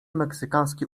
meksykańskie